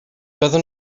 byddan